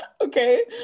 okay